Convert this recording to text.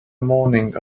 morning